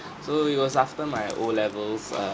so it was after my O levels err